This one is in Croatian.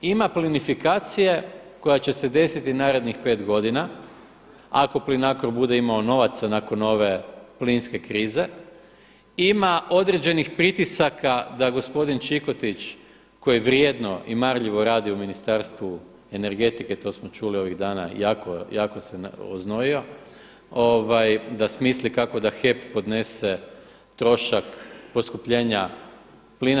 Ima plinifikacije koja će se desiti narednih pet godina ako Plinacro bude imao novaca nakon ove plinske krize, ima određenih pritisaka da gospodin Čikotić koji vrijedno i marljivo radi u Ministarstvu energetike to smo čuli ovih dana jako se oznojio, da smisli kako da HEP podnese trošak poskupljenja plina.